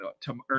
tomorrow